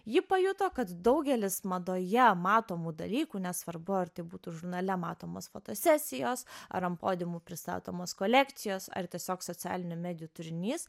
ji pajuto kad daugelis madoje matomų dalykų nesvarbu ar tai būtų žurnale matomos fotosesijos ar ant podimų pristatomos kolekcijos ar tiesiog socialinių medijų turinys